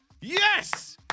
Yes